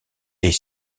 est